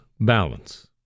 balance